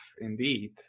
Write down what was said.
indeed